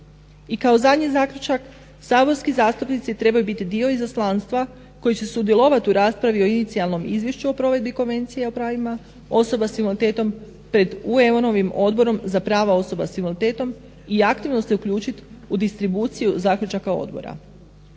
I kao zadnji zaključak, saborski zastupnici trebaju biti dio izaslanstva koji će sudjelovati u raspravi o inicijalnom izvješću o provedbi Konvencija o pravima osoba s invaliditetom pred UN odborom za prava osoba s invaliditetom i aktivno se uključiti u distribuciju zaključaka odbora.